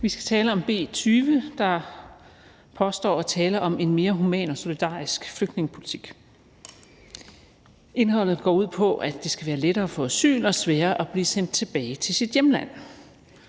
Vi skal tale om B 20, der påstår at handle om en mere human og solidarisk flygtningepolitik. Indholdet går ud på, at det skal være lettere at få asyl og sværere at blive sendt tilbage til sit hjemland.